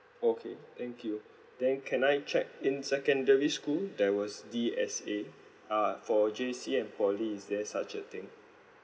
okay thank you then can I check in secondary school there was D_S_A uh for J_C and poly is there such a thing